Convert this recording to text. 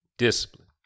Discipline